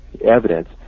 evidence